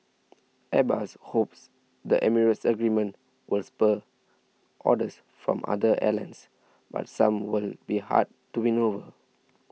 Airbus hopes the Emirates agreement will spur orders from other airlines but some will be hard to win over